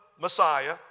Messiah